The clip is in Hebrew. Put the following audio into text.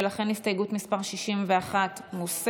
ולכן הסתייגות מס' 61 מוסרת.